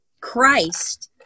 Christ